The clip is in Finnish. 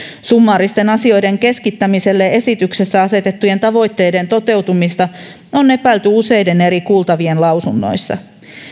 summaaristen asioiden keskittämiselle esityksessä asetettujen tavoitteiden toteutumista on epäilty useiden kuultavien lausunnoissa